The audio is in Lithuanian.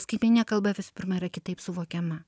skaitmeninė kalba visų pirma yra kitaip suvokiama